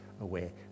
away